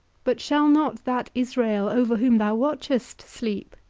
but shall not that israel, over whom thou watchest, sleep?